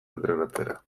entrenatzera